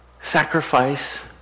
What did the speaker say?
Sacrifice